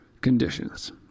conditions